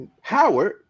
Howard